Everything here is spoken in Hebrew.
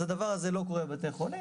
הדבר הזה לא קורה בבתי חולים.